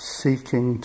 seeking